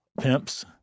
pimps